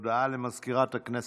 הודעה למזכירת הכנסת.